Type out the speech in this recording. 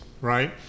right